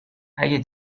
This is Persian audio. اگه